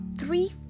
three